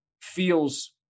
feels